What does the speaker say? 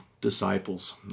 disciples